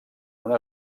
una